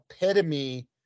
epitome